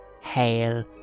hail